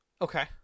Okay